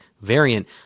variant